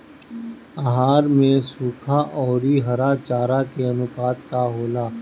आहार में सुखा औरी हरा चारा के आनुपात का होला?